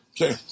Okay